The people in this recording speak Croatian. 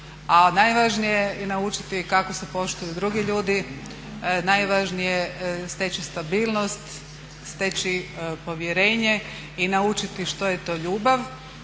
najvažnije je naučiti kako se poštuju drugi ljudi, najvažnije je steći stabilnost, steći povjerenje i naučiti što je to ljubav